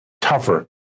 tougher